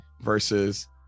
versus